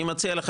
אני מציע לך,